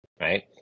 right